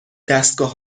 دستگاه